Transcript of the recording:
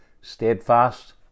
steadfast